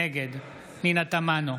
נגד פנינה תמנו,